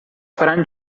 faran